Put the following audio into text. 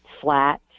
flat